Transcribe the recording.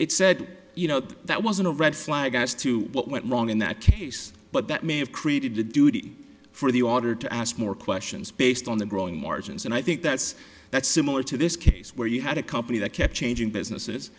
it said you know that wasn't a red flag as to what went wrong in that case but that may have created the duty for the auditor to ask more questions based on the growing margins and i think that's that's similar to this case where you had a company that kept changing businesses